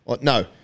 No